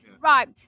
Right